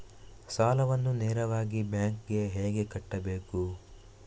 ಸಾಲವನ್ನು ನೇರವಾಗಿ ಬ್ಯಾಂಕ್ ಗೆ ಹೇಗೆ ಕಟ್ಟಬೇಕು?